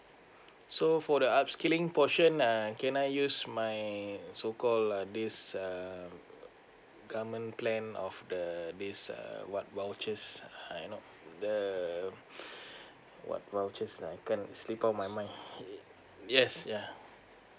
so for the upskilling portion ah can I use my so call uh this uh government plan of the this uh what voucher ah you know the what vouchers I can't slip on my mind um yes yeah